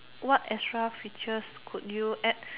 what extra features could you add